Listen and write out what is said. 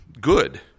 good